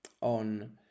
on